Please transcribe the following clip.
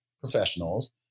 professionals